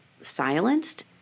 silenced